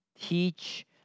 teach